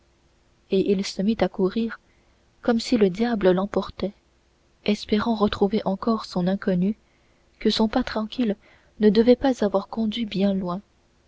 et il se mit à courir comme si le diable l'emportait espérant retrouver encore son inconnu que son pas tranquille ne devait pas avoir conduit bien loin